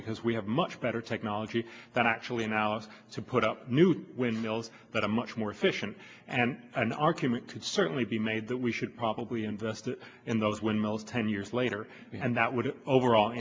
because we have much better technology than actually now to put up new windmills that are much more efficient and an argument could certainly be made that we should probably invest in those windmills ten years later and that would overall